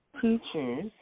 teachers